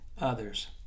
others